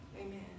Amen